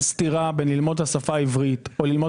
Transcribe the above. סתירה בין ללמוד את השפה העברית או ללמוד